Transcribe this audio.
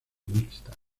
mixtas